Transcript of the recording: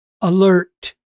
alert